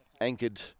anchored